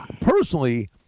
Personally